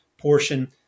portion